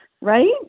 right